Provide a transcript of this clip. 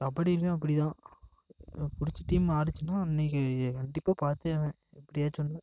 கபடியிலேயும் அப்படிதான் பிடிச்ச டீம் ஆடிச்சின்னா அன்றைக்கி கண்டிப்பாக பார்த்தே ஆவேன் எப்படியாச்சும் ஒன்று